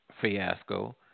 Fiasco